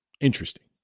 interesting